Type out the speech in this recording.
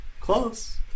close